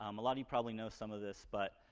um a lot of you probably know some of this, but,